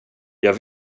jag